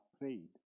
prayed